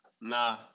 Nah